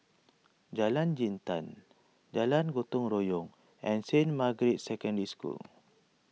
Jalan Jintan Jalan Gotong Royong and Saint Margaret's Secondary School